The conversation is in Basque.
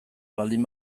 baldin